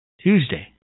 Tuesday